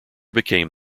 became